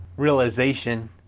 realization